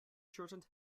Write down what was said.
shortened